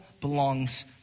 belongs